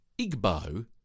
Igbo